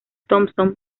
thompson